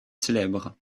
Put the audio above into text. célèbres